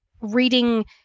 reading